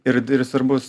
ir ir svarbus